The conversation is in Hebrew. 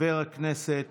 חבר הכנסת